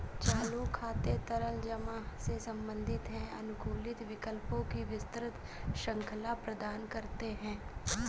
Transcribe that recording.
चालू खाते तरल जमा से संबंधित हैं, अनुकूलित विकल्पों की विस्तृत श्रृंखला प्रदान करते हैं